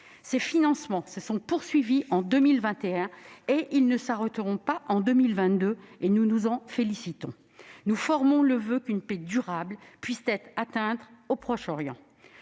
Ces financements se sont poursuivis en 2021, et ils ne s'arrêteront pas en 2022. Nous nous en félicitons. Nous formons le voeu qu'une paix durable puisse être atteinte au Proche-Orient.